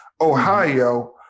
Ohio